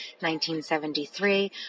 1973